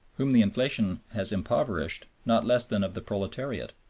whom the inflationism has impoverished, not less than of the proletariat.